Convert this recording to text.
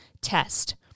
test